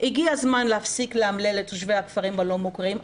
הגיע הזמן להפסיק לאמלל את תושבי הכפרים הלא מוכרים.